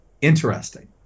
interesting